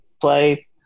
play